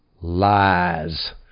Lies